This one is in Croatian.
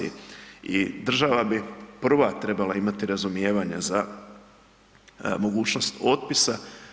I država bi prva trebala imati razumijevanja za mogućnost otpisa.